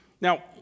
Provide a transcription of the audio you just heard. now